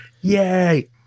Yay